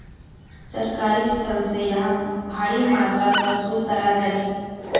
सरकारी स्थल स यहाक भारी मात्रात वसूल कराल जा छेक